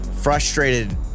frustrated